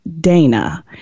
Dana